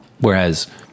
Whereas